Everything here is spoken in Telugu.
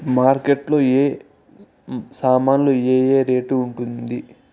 మార్కెట్ లో ఏ ఏ సామాన్లు ఏ ఏ రేటు ఉంది?